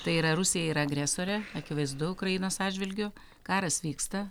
tai yra rusija yra agresorė akivaizdu ukrainos atžvilgiu karas vyksta